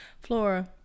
flora